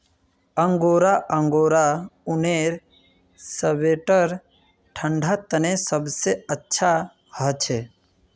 angora angora ऊनेर sweater ठंडा तने सबसे अच्छा हछे